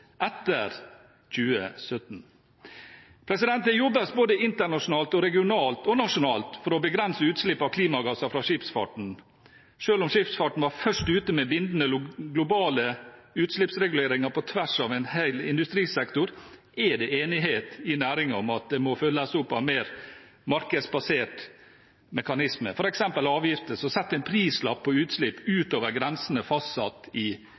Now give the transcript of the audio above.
etter 2017. Det jobbes både internasjonalt, regionalt og nasjonalt for å begrense utslipp av klimagasser fra skipsfarten. Selv om skipsfarten var først ute med bindende globale utslippsreguleringer på tvers av en hel industrisektor, er det enighet i næringen om at det må følges opp av mer markedsbaserte mekanismer, f.eks. avgifter som setter en prislapp på utslipp utover grensene fastsatt i